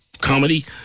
comedy